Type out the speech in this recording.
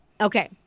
Okay